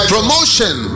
Promotion